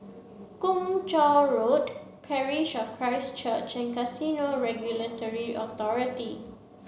Kung Chong Road Parish of Christ Church and Casino Regulatory Authority